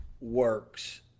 works